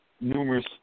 Numerous